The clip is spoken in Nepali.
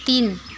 तिन